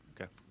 Okay